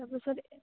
তাৰপাছত